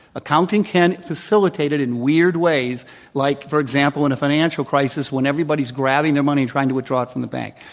accounting can facilitate it in weird ways like, for example, in a financial crisis, when everybody's grabbing their money trying to withdraw it from the bank.